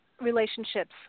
relationships